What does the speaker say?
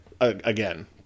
again